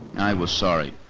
i was sorry,